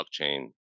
blockchain